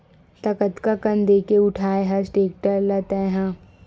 त कतका कन देके उठाय हस टेक्टर ल तैय हा?